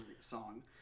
song